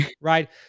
right